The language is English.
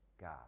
god